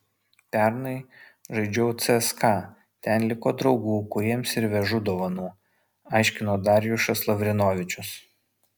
pernai žaidžiau cska ten liko draugų kuriems ir vežu dovanų aiškino darjušas lavrinovičius